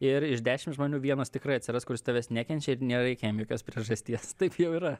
ir iš dešim žmonių vienas tikrai atsiras kuris tavęs nekenčia ir nereikia jam jokios priežasties taip jau yra